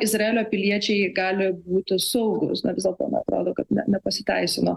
izraelio piliečiai gali būti saugūs na vis dėlto man atrodo kad na nepasiteisino